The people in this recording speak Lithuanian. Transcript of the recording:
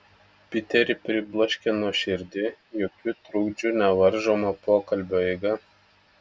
piterį pribloškė nuoširdi jokių trukdžių nevaržoma pokalbio eiga